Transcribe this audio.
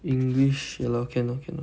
english ya lor can lor can lor